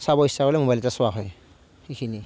চাব ইচ্ছা কৰিলে ম'বাইলতে চোৱা হয় এইখিনিয়েই